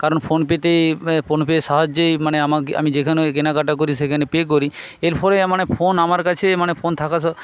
কারণ ফোনপেতেই ফোনপের সাহায্যে মানে আমাকে আমি যেখানেই কেনাকাটা করি সেখানে পে করি এর ফলে মানে ফোন আমার কাছে মানে ফোন থাকা